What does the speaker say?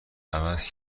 عوض